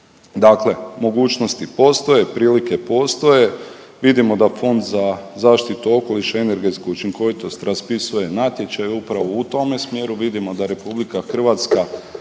Dakle, mogućnosti postoje, prilike postoje, vidimo da Fond za zaštitu okoliša i energetsku učinkovitost raspisuje natječaje upravo u tome smjeru, vidimo da RH i prednjači